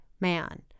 man